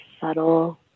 subtle